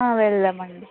వెళదామండి